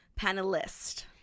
Panelist